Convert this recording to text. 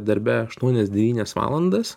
darbe aštuonias devynias valandas